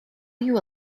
you